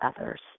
others